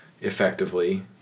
effectively